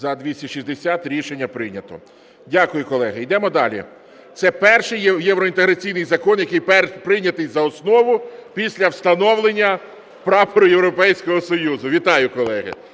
За-260 Рішення прийнято. Дякую, колеги. Йдемо далі. Це перший євроінтеграційний закон, який прийнятий за основу після встановлення прапору Європейського Союзу. Вітаю, колеги!